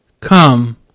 come